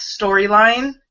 storyline